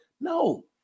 No